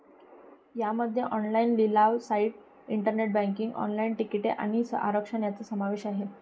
यामध्ये ऑनलाइन लिलाव site, internet banking, online तिकिटे आणि आरक्षण यांचा समावेश आहे